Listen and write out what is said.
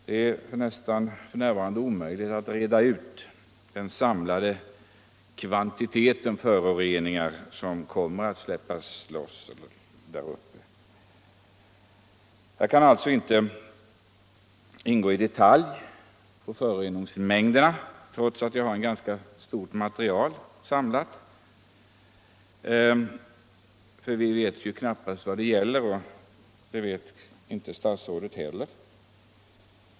Det är f. n. nästan omöjligt att få ett grepp om den samlade kvantitet föroreningar som kommer att släppas ut där uppe. Jag kan alltså inte i detalj gå in på föroreningsmängderna trots att jag har samlat ett ganska stort material. Vi vet knappast vad det gäller, och det vet inte statsrådet heller.